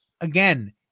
again